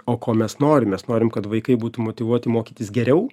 o ko mes norim mes norim kad vaikai būtų motyvuoti mokytis geriau